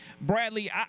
Bradley